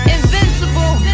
Invincible